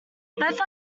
both